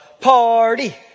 party